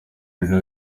bruno